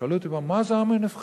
שאלו אותי פעם: מה זה העם הנבחר?